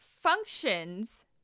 functions